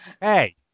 hey